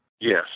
Yes